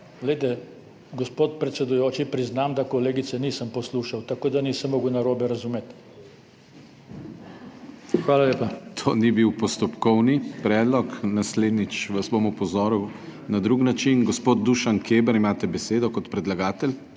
lepa. Gospod predsedujoči, priznam, da kolegice nisem poslušal, tako da je nisem mogel narobe razumeti. Hvala lepa. PODPREDSEDNIK DANIJEL KRIVEC: To ni bil postopkovni predlog. Naslednjič vas bom opozoril na drug način. Gospod Dušan Keber, imate besedo kot predlagatelj.